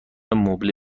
مبله